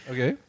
Okay